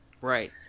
Right